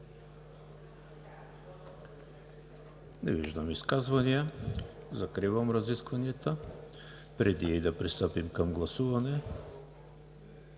Не виждам. Закривам разискванията. Преди да пристъпим към гласуване,